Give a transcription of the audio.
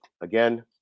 again